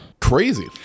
Crazy